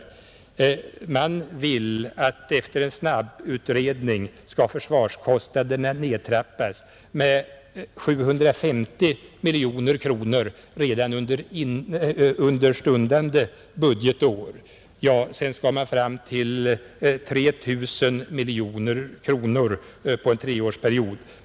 Man vill att efter en snabbutredning skall försvarskostnaderna nedtrappas med 750 miljoner kronor redan under stundande budgetår. Sedan skall man nå fram till en minskning med 3 000 miljoner kronor på en treårsperiod.